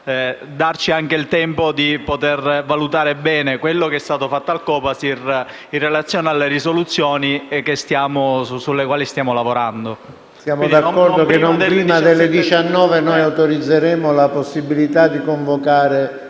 Siamo d'accordo che non prima delle 19 noi autorizzeremo la possibilità di convocare